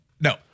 No